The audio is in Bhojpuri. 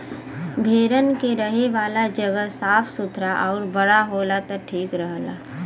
भेड़न के रहे वाला जगह साफ़ सुथरा आउर बड़ा होला त ठीक रहला